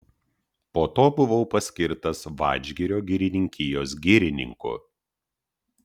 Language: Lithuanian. po to buvau paskirtas vadžgirio girininkijos girininku